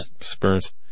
experience